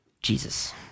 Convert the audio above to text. Jesus